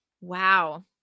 Wow